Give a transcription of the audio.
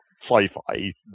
sci-fi